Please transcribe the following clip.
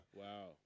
wow